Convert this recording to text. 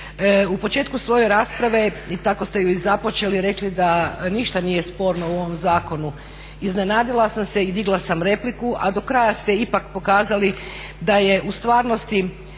u početku svoje rasprave i tako ste ju započeli i rekli da ništa nije sporno u ovom zakonu. Iznenadila sam se i digla sam repliku a do kraja ste ipak pokazali da je u stvarnosti